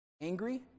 angry